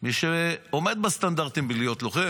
את מי שעומד בסטנדרטים של להיות לוחם.